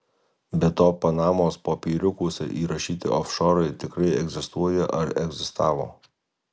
be to panamos popieriukuose įrašyti ofšorai tikrai egzistuoja ar egzistavo